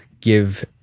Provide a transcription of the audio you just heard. give